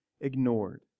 ignored